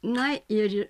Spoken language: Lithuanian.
na ir